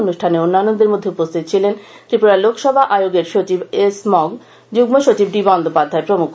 অনুষ্ঠানে অন্যান্যদের মধ্যে উপস্থিত ছিলেন ত্রিপুরা লোক সেবা আয়োগের সচিব এস মগ যুগ্ম সচিব ডি বন্দোপাধ্যায় প্রমুখ